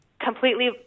completely